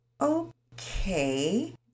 Okay